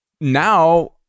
now